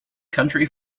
country